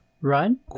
Run